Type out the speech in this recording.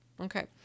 Okay